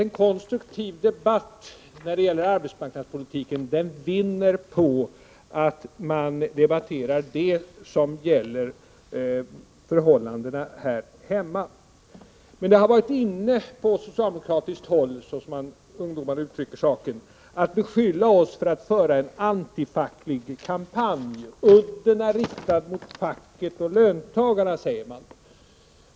En konstruktiv debatt om arbetsmarknadspolitiken vinner på att man diskuterar det som gäller förhållandena här hemma. Men det har — som ungdomarna uttrycker saken — varit inne på socialdemokratiskt håll att beskylla oss för att föra en antifacklig kampanj. Udden har riktats mot facket och löntagarna, säger man.